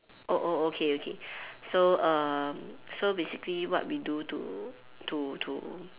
oh oh okay okay so err so basically what we do to to to